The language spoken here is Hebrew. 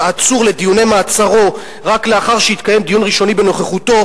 עצור לדיוני מעצרו רק לאחר שהתקיים דיון ראשוני בנוכחותו,